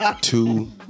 two